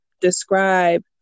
describe